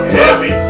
heavy